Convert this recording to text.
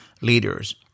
Leaders